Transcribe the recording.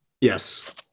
yes